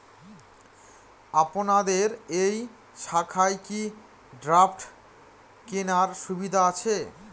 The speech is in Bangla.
আপনাদের এই শাখায় কি ড্রাফট কেনার সুবিধা আছে?